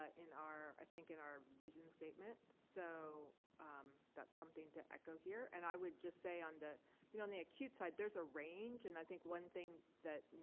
ah in our. i think in our vision statement. so that's something to echo here and i would just say on the you know on the acute side there's a range and i think one thing that